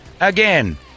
Again